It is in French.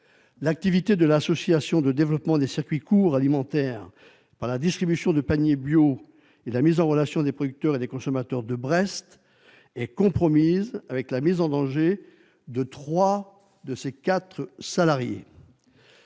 L'activité de l'association de développement des circuits courts alimentaires par la distribution de paniers bio et la mise en relation des producteurs et des consommateurs de Brest est compromise par la mise en danger de trois des quatre salariés